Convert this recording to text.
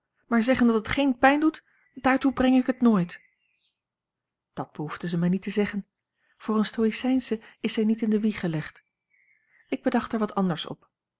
maar zeggen dat het geen pijn doet daartoe breng ik het nooit dat behoefde zij mij niet te zeggen voor eene stoïcijnsche is zij niet in de wieg gelegd ik bedacht er wat anders op